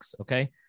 Okay